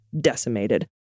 decimated